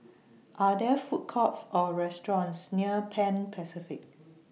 Are There Food Courts Or restaurants near Pan Pacific